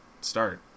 start